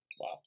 wow